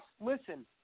listen